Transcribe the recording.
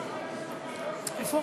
איפה?